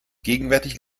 gegenwärtig